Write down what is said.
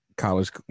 College